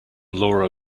laura